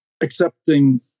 accepting